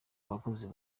abakozi